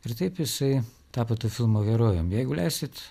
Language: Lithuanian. ir taip jisai tapo to filmo herojum jeigu leisit